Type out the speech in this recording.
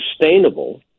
sustainable